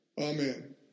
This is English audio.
Amen